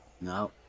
No